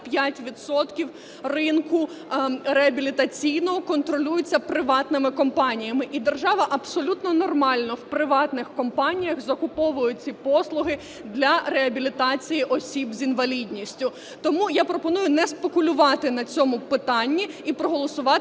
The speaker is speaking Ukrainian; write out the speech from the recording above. ринку реабілітаційного контролюється приватними компаніями і держава абсолютно нормально у приватних компаніях закуповує ці послуги для реабілітації осіб з інвалідністю. Тому я пропоную не спекулювати на цьому питанні і проголосувати